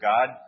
God